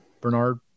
Bernard